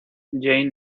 jane